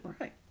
right